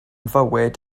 fywyd